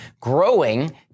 growing